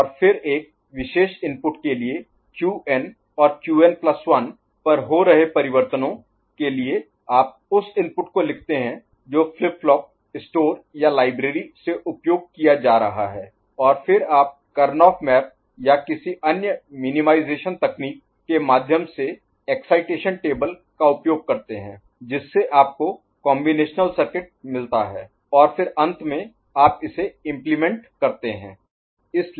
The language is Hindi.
और फिर एक विशेष इनपुट के लिए Qn और Qn प्लस 1 Qn1 पर हो रहे परिवर्तनों के लिए आप उस इनपुट को लिखते हैं जो फ्लिप फ्लॉप स्टोर या लाइब्रेरी से उपयोग किया जा रहा है और फिर आप करनौह मैप या किसी अन्य मिनीमाईजेशन तकनीक के माध्यम से एक्साइटेशन टेबल का उपयोग करते हैं जिससे आपको कॉम्बिनेशनल सर्किट मिलता है और फिर अंत में आप इसे इम्प्लीमेंट Implement कार्यान्वित करते हैं